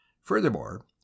Furthermore